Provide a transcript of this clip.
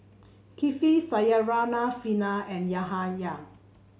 Kifli Syarafina and Yahaya